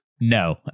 No